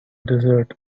desert